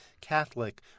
Catholic